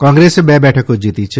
કોંગ્રેસે બે બેઠકો જીતી છે